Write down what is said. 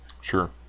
Sure